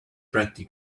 pretty